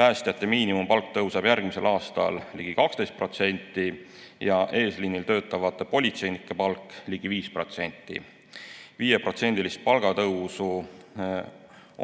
Päästjate miinimumpalk tõuseb järgmisel aastal ligi 12% ja eesliinil töötavate politseinike palk ligi 5%. Viieprotsendilist palgatõusu